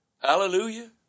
Hallelujah